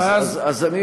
אז,